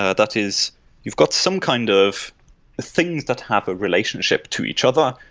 ah that is you've got some kind of things that have a relationship to each other,